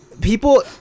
people